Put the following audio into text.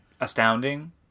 astounding